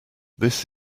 this